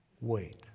Wait